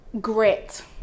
Grit